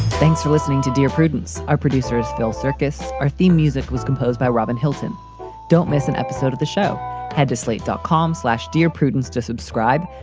thanks for listening to dear prudence. our producers fill circus. our theme music was composed by robin hilton don't miss an episode of the show head to slate dot com slash dear prudence to subscribe.